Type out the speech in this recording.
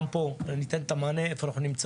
גם פה ניתן את המענה לגבי איפה אנחנו נמצאים.